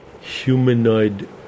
humanoid